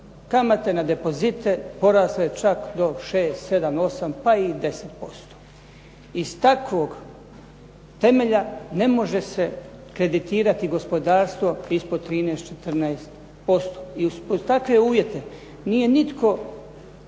kamate na depozite porasle čak do 6, 7, 8, pa i 10%. Iz takvog temelja ne može se kreditirati gospodarstvo ispod 13, 14%. I uz takve uvjete nije nitko,